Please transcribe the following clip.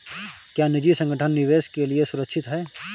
क्या निजी संगठन निवेश के लिए सुरक्षित हैं?